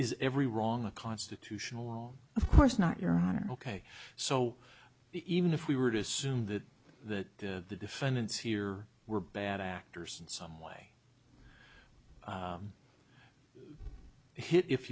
is every wrong a constitutional law course not your honor ok so even if we were to assume that that the defendants here were bad actors in some way hit if